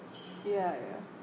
ya ya